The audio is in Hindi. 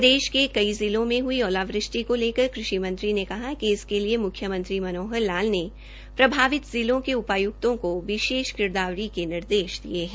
प्रदेश के कई जिलो में हुई ओलावृष्टि को लेकर कृषि मंत्री ने कहा कि इसके लिए मुख्य मंत्री मनोहर लाल ने प्रभावित जिलों के उपायुक्तों को विशेष गिरदावरी के निर्देश दे दिए हैं